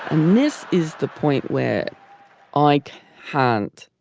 this is the point where i like can't